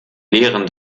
lehren